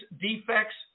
defects